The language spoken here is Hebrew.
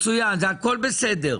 מצוין, והכול בסדר.